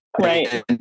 right